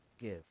give